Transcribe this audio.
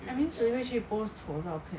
I mean 谁会去 post 丑的照片